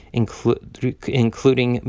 including